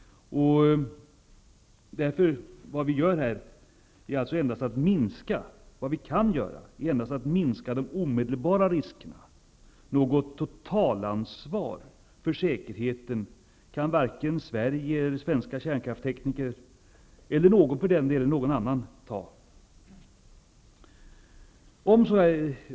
Vad vi kan göra är endast att minska de omedelbara riskerna. Något totalansvar för säkerheten kan varken Sverige, svenska kärnkraftstekniker eller någon annan ta.